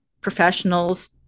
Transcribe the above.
professionals